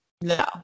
No